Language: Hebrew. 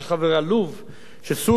שסוריה רוצה להיות חברה בה,